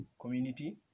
community